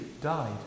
died